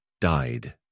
died